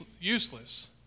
useless